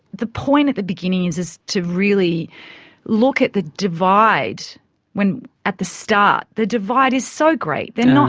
the point at the beginning is, is to really look at the divide when at the start, the divide is so great. they're not,